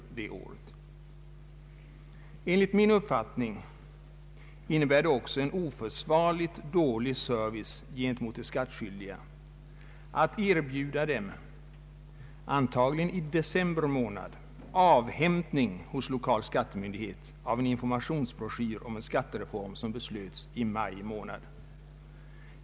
Enligt min uppfattning innebär det också en oförsvarligt dålig service gentemot de skattskyldiga att erbjuda dem — antagligen i december månad — avhämtning hos lokal skattemyndighet av en informationsbroschyr om en skattereform, som beslöts i maj månad.